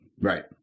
Right